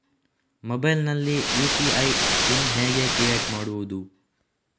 Mobile ನಲ್ಲಿ UPI pin ಹೇಗೆ create ಮಾಡುವುದು?